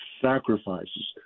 sacrifices